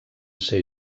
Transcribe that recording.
ser